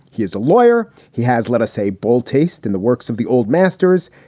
he is a lawyer. he has, let us say bull taste in the works of the old masters.